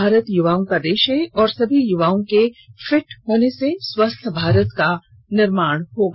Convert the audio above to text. भारत युवाओं का देश है और सभी युवाओं के फिट होने से स्वस्थ भारत का निर्माण होगा